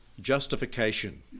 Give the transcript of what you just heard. justification